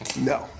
No